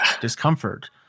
discomfort